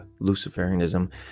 Luciferianism